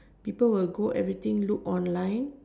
people will go everything look online